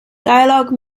dialogue